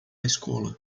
escola